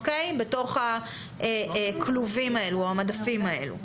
בתוך הכלובים האלה או המדפים האלה.